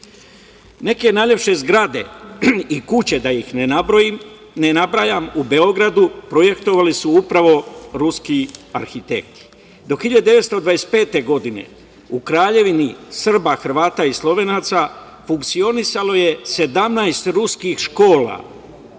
Srba. Neke najlepše zgrade i kuće, da ih ne nabrajam, u Beogradu projektovali su upravo ruski arhitekti. Do 1925. godine u Kraljevini SHS funkcionisalo je 17 ruskih škola. Srbi